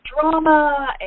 drama